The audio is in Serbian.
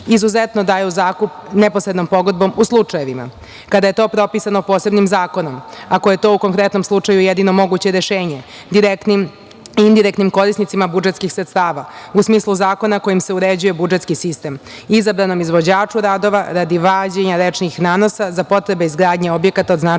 izuzetno daje u zakup neposrednom pogodbom u slučajevima kada je to propisano posebnim zakonom, ako je to u konkretnom slučaju jedino moguće rešenje, direktnim, indirektnim korisnicima budžetskih sredstava u smislu zakona kojim se uređuje budžetski sistem, izabranom izvođaču radova, radi vađenja rečnih nanosa za potrebe izgradnje objekata od značaja za